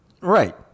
right